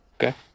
Okay